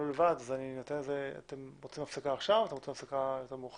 אתם רוצים הפסקה עכשיו או יותר מאוחר